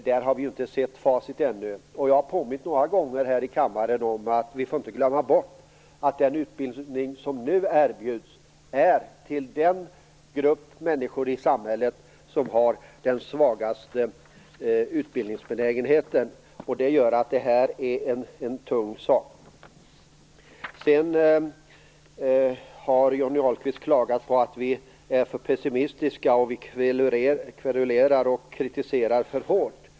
Jag har här i kammaren några gånger påmint om att vi inte får glömma bort att den utbildning som nu erbjuds riktar sig till den grupp människor i samhället som har den svagaste utbildningsbenägenheten. Det gör att det här är en tung sak. Johnny Ahlqvist har klagat på att vi är för pessimistiska och att vi kverulerar och kritiserar för hårt.